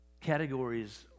Categories